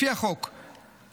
לפי החוק המוצע,